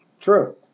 True